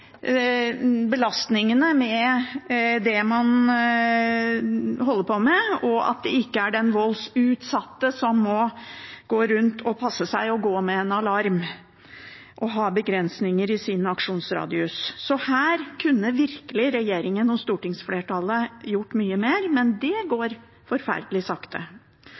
belastningene for det man holder på med, og at det ikke er den voldsutsatte som må gå rundt med alarm og passe seg og ha begrensninger i sin aksjonsradius. Her kunne regjeringen og stortingsflertallet virkelig gjort mye mer, men det går forferdelig sakte.